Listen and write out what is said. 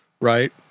right